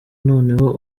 noneho